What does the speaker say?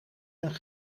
een